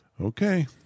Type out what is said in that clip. Okay